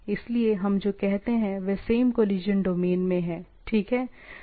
इसलिए हम जो कहते हैं वे सेम कोलिशन डोमेन में हैं ठीक है